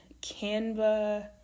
Canva